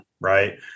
right